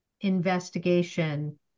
investigation